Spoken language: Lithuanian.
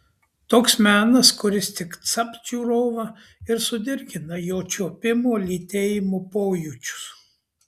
toks menas kuris tik capt žiūrovą ir sudirgina jo čiuopimo lytėjimo pojūčius